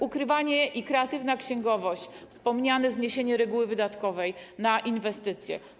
To ukrywanie, kreatywna księgowość i wspomniane zniesienie reguły wydatkowej na inwestycje.